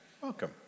welcome